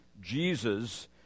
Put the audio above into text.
Jesus